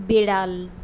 বেড়াল